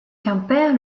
quimper